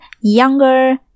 younger